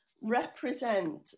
represent